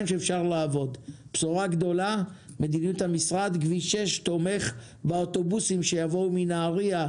והבשורה הגדולה זה שכביש 6 תומך באוטובוסים שיבואו מנהריה,